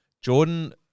jordan